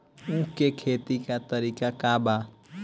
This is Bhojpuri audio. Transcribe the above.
उख के खेती का तरीका का बा?